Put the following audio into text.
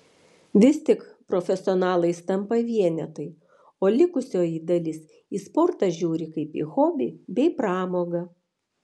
vis tik profesionalais tampa vienetai o likusioji dalis į sportą žiūri kaip į hobį bei pramogą